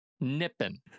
Nipping